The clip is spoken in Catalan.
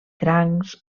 crancs